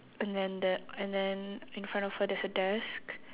and then there and then in front of her there's a desk